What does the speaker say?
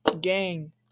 Gang